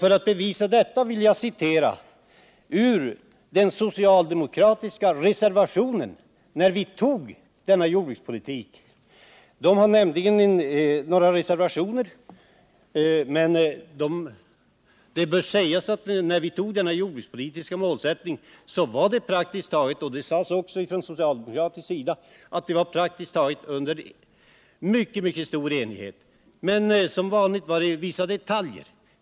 För att bevisa detta vill jag citera ur den socialdemokratiska reservationen 1 när vi antog den nuvarande jordbrukspolitiska målsättningen. Socialdemokraterna hade då några reservationer, men det bör sägas att målsättningen antogs under mycket stor enighet — det sades också från socialdemokratisk sida. Men som vanligt fanns det vissa detaljfrågor där man hade olika åsikter.